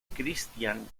christian